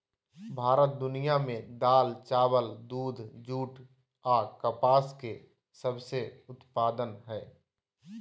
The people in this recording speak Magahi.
भारत दुनिया में दाल, चावल, दूध, जूट आ कपास के सबसे उत्पादन हइ